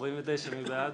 אני מחכה לנמנע.